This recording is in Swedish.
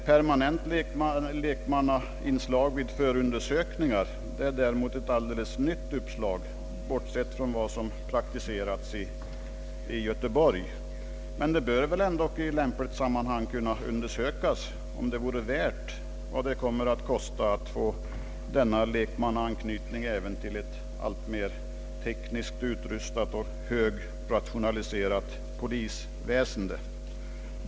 Permanent lekmannainslag vid förundersökningar är däremot ett alldeles nytt uppslag, bortsett från vad som praktiseras i Göteborg. Men det bör väl ändock i lämpligt sammanhang kunna undersökas, vad det kommer att kosta att få denna lekmannaanknytning även till ett alltmer tekniskt utrustat och högrationaliserat polisväsende.